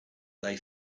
they